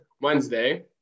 Wednesday